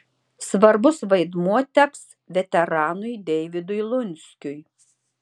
svarbus vaidmuo teks veteranui deivydui lunskiui